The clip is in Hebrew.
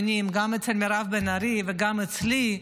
גם אצל מירב בן ארי וגם אצלי.